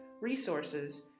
resources